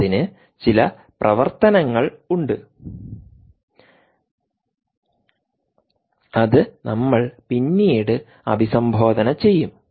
അതിന് ചില പ്രവർത്തനങ്ങളുണ്ട് അത് നമ്മൾ പിന്നീട് അഭിസംബോധന ചെയ്യും